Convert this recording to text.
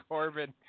Corbin